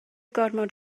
gormod